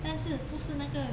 但是不是那个